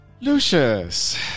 Lucius